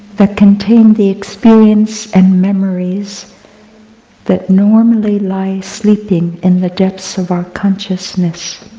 that contain the experience and memories that normally lie sleeping in the depths of our consciousness.